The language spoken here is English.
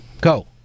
go